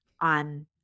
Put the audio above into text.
on